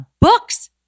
books